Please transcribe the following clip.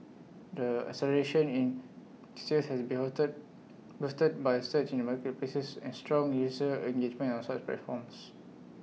the acceleration in sales has boosted by surge in marketplaces and strong user engagement on such platforms